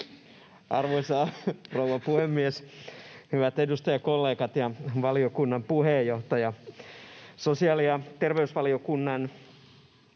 Arvoisa rouva puhemies! Hyvät edustajakollegat ja valiokunnan puheenjohtaja! Sosiaali- ja terveysvaliokunnan